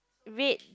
red